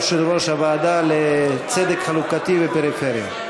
יושב-ראש הוועדה לצדק חלוקתי ופריפריה.